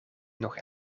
nog